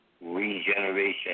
regeneration